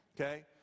Okay